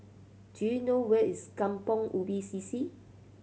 do you know where is Kampong Ubi C C